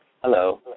Hello